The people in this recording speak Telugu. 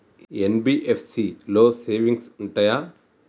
ఎన్.బి.ఎఫ్.సి లో సేవింగ్స్ ఉంటయా?